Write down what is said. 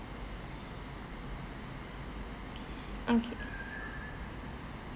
okay